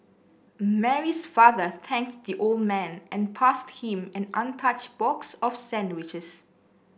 Mary's father thanked the old man and passed him an untouched box of sandwiches